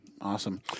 Awesome